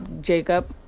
Jacob